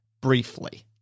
briefly